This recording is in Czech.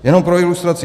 Jenom pro ilustraci.